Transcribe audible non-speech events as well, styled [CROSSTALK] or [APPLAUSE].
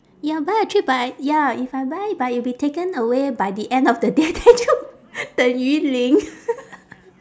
ya buy actually but I ya if I buy but it will be taken away by the end of the day then [LAUGHS] 等于零：deng yu ling [LAUGHS]